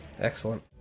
Excellent